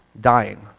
dying